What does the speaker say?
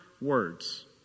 words